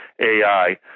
AI